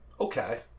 Okay